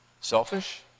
selfish